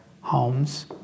homes